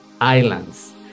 islands